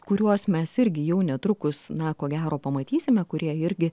kuriuos mes irgi jau netrukus na ko gero pamatysime kurie irgi